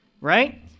Right